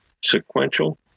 sequential